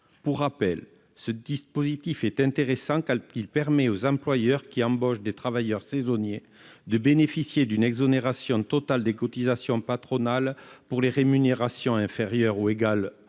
Pour rappel, ce dispositif est intéressant, car il permet aux employeurs qui embauchent des travailleurs saisonniers de bénéficier d'une exonération totale des cotisations patronales, pour les rémunérations inférieures ou égales